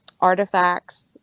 artifacts